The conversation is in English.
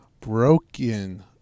Broken